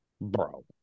Bro